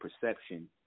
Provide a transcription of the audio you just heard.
perception